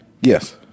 Yes